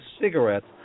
cigarettes